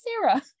Sarah